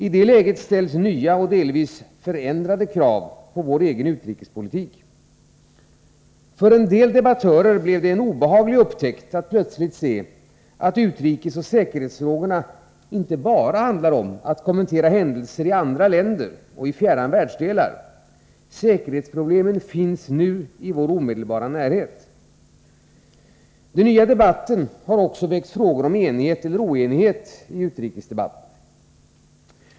I detta läge ställs nya och delvis förändrade krav på vår egen utrikespolitik. För en del debattörer blev det en obehaglig upptäckt att plötsligt se att utrikesoch säkerhetsfrågorna inte bara handlar om att kommentera händelser i andra länder och i fjärran världsdelar. Säkerhetsproblemen finns nu i vår omedelbara närhet. Den nya debatten har också väckt frågor om enighet eller oenighet i utrikesdebatten.